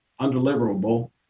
undeliverable